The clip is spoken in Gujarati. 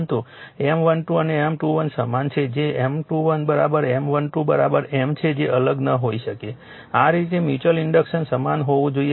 પરંતુ M12 અને M21 સમાન છે જે M21 M12 M છે તે અલગ ન હોઈ શકે આ રીતે મ્યુચ્યુઅલ ઇન્ડક્ટન્સ સમાન હોવું જોઈએ